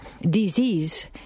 disease